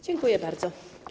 Dziękuję bardzo.